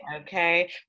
okay